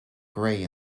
grey